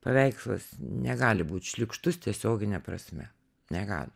paveikslas negali būt šlykštus tiesiogine prasme negali